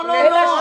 לא, לא.